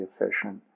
efficient